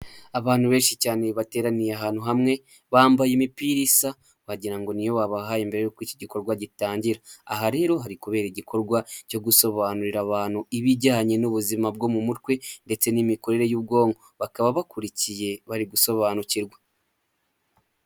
Abantu benshi cyane bateraniye ahantu hamwe, bambaye imipira isa wagirango ngo niyo babahaye mbere yuko iki gikorwa gitangira. Aha rero hari kubera igikorwa cyo gusobanurira abantu ibijyanye n'ubuzima bwo mu mutwe ,ndetse n'imikorere y'ubwonko. Bakaba bakurikiye bari gusobanukirwa.